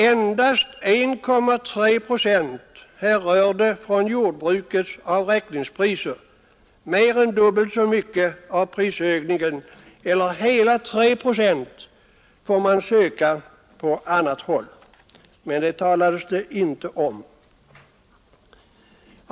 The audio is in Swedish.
Endast 1,3 procent härrörde från jordbrukets avräkningspriser. Mer än dubbelt så mycket av prisstegringen, eller hela 3 procent, får sökas på annat håll. Men det talades det inte om.